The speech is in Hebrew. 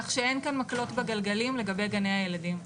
כך שאין כאן מקלות בגלגלים לגבי גני הילדים.